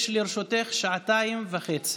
יש לרשותך שעתיים וחצי.